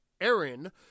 Aaron